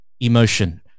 emotion